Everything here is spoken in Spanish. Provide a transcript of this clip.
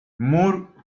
moore